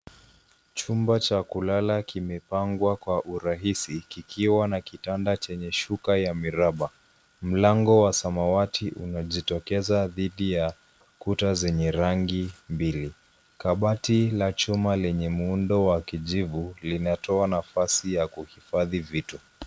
Chumba cha kulala kimepangwa kwa urahisi kikiwa na kitanda chenye shuka ya miraba. Mlango wa samawati umejitokeza thidi ya kuta zenye rangi mbili. Kabati la chuma lenye muundo wa kijivu linatoa nafasi ya kuhifadhi vitu.